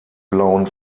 blauen